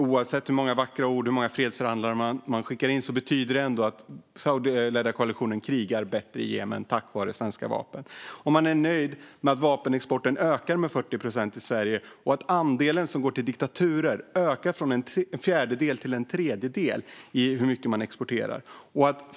Oavsett hur många vackra ord som sägs och hur många fredsförhandlare som skickas betyder det ändå att den saudiskledda koalitionen krigar bättre i Jemen tack vare svenska vapen. Är Miljöpartiet nöjda med att vapenexporten i Sverige ökar med 40 procent och att andelen som går till diktaturer ökar från en fjärdedel till en tredjedel?